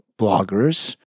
bloggers